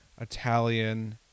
Italian